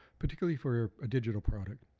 particularly for a digital product.